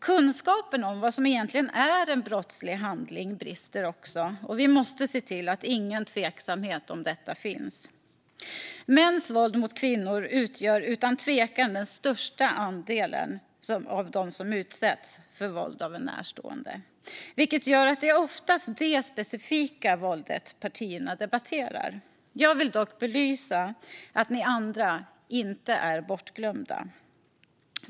Kunskapen om vad som egentligen är en brottslig handling brister också, och vi måste se till att ingen tveksamhet om detta finns. Mäns våld mot kvinnor utgör utan tvivel den största andelen av det våld som människor utsätts för av närstående, vilket gör att det ofta är detta specifika våld som partierna debatterar. Jag vill dock belysa att de andra inte är bortglömda.